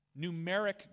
Numeric